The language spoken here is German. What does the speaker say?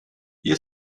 ihr